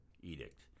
edict